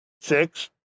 six